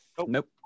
Nope